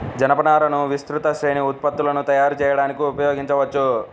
జనపనారను విస్తృత శ్రేణి ఉత్పత్తులను తయారు చేయడానికి ఉపయోగించవచ్చు